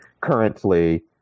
currently